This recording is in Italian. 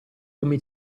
come